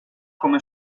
come